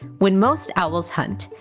when most owls hunt,